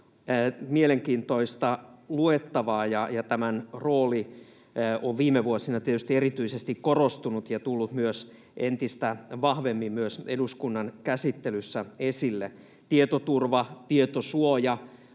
mielenkiintoista luettavaa, ja tämän rooli on viime vuosina tietysti erityisesti korostunut ja tullut entistä vahvemmin myös eduskunnan käsittelyssä esille. Tietoturva ja tietosuoja